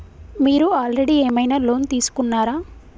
మీరు ఆల్రెడీ ఏమైనా లోన్ తీసుకున్నారా?